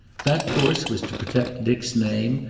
that course was to protect dick's name,